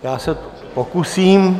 Já se pokusím.